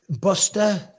Buster